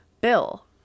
bill